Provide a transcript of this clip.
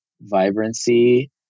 vibrancy